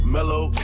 Mellow